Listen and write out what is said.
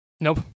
Nope